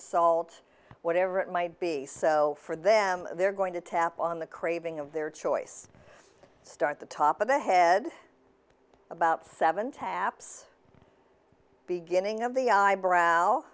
salt whatever it might be so for them they're going to tap on the craving of their choice start the top of the head about seven taps beginning of the eyebrow